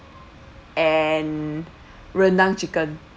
and rendang chicken